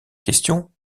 question